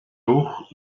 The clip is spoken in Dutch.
oog